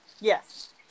Yes